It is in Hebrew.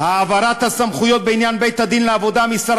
העברת הסמכויות בעניין בית-הדין לעבודה משר